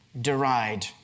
deride